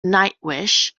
nightwish